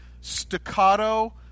staccato